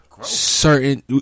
Certain